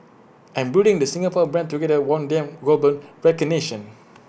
and building the Singapore brand together won them global recognition